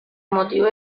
motivó